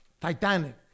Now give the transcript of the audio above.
Titanic